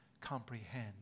comprehend